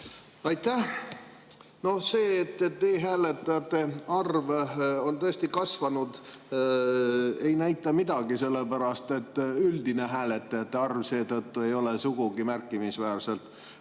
Aitäh! See, et e‑hääletajate arv on tõesti kasvanud, ei näita midagi, sellepärast et üldine hääletajate arv ei ole sugugi märkimisväärselt